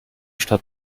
stadt